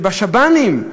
שבשב"נים,